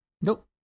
Nope